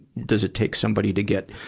does it take somebody to get,